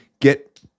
get